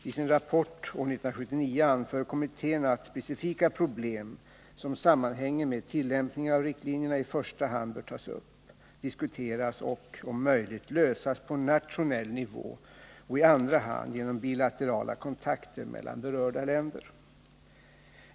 I sin rapport år 1979 anför kommittén att specifika problem som sammanhänger med tillämpningen av riktlinjerna i första hand bör tas upp, diskuteras och, om möjligt, lösas på nationell nivå, i andra hand genom bilaterala kontakter mellan berörda länder.